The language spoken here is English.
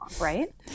right